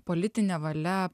politinė valia